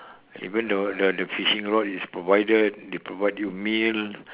even the the the fishing rod is provided they provide you meal